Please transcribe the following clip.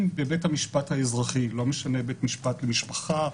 בבית המשפט האזרחי בית משפט למשפחה,